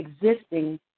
existing